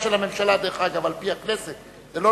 דרך אגב, זה תפקידה של הממשלה, על-פי הכנסת.